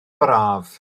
braf